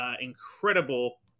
incredible